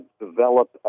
develop